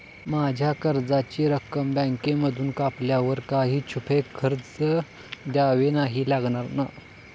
माझ्या कर्जाची रक्कम बँकेमधून कापल्यावर काही छुपे खर्च द्यावे नाही लागणार ना?